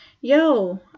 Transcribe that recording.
yo